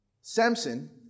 Samson